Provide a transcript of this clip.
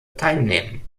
teilnehmen